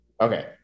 Okay